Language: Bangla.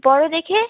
বড় দেখে